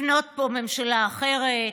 לבנות פה ממשלה אחרת,